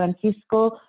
Francisco